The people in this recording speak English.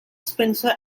spencer